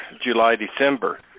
July-December